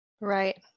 Right